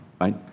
right